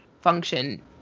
function